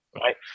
Right